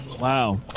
Wow